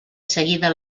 seguida